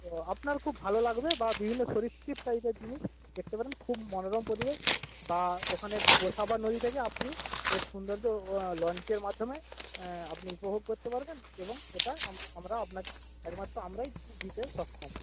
তো আপনার খুব ভালো লাগবে বা বিভিন্ন সরীসৃপ টাইপের জিনিস দেখতে পারেন খুব মনোরম পরিবেশ বা ওখানে গোসাবা নদী থেকে আপনি যে সৌন্দর্য লঞ্চের মাধ্যমে আপনি উপভোগ করতে পারবেন এবং এটা আমরা আপনাকে একমাত্র আমরাই দিতে সক্ষম